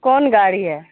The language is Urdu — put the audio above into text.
کون گاڑی ہے